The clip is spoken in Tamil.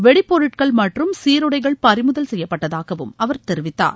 வெடி பொருட்கள் மற்றும் சிருடைகள் பறிமுதல் செய்யப்பட்டதாகவும அவர் தெரிவித்தார்